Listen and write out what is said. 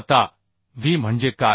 आता व्ही म्हणजे काय